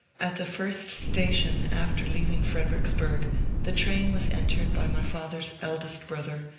at the first station after leaving fredericksburg the train was entered by my father's eldest brother.